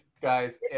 guys